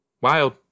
Wild